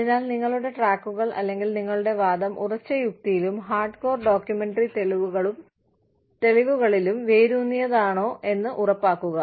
അതിനാൽ നിങ്ങളുടെ ട്രാക്കുകൾ അല്ലെങ്കിൽ നിങ്ങളുടെ വാദം ഉറച്ച യുക്തിയിലും ഹാർഡ് കോർ ഡോക്യുമെന്ററി തെളിവുകളിലും വേരൂന്നിയതാണോ എന്ന് ഉറപ്പാക്കുക